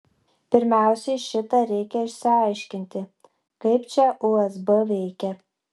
pirmiausiai šitą reikia išsiaiškinti kaip čia usb veikia